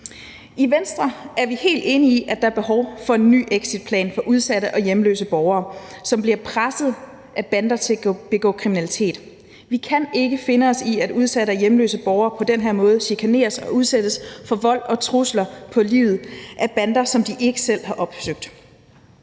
I Venstre er vi helt enige i, at der er behov for en ny exitplan for udsatte og hjemløse borgere, som bliver presset af bander til at begå kriminalitet. Vi kan ikke finde os i, at udsatte og hjemløse borgere på den her måde chikaneres og udsættes for vold og trusler på livet af bander, som de ikke selv har opsøgt.